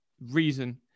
reason